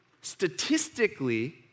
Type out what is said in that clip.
statistically